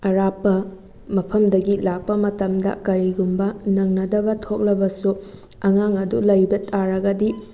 ꯑꯔꯥꯞꯄ ꯃꯐꯝꯗꯒꯤ ꯂꯥꯛꯄ ꯃꯇꯝꯗ ꯀꯔꯤꯒꯨꯝꯕ ꯅꯪꯅꯗꯕ ꯊꯣꯛꯂꯕꯁꯨ ꯑꯉꯥꯡ ꯑꯗꯨ ꯂꯩꯕ ꯇꯥꯔꯒꯗꯤ